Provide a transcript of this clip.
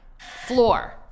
floor